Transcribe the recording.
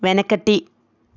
వెనకటి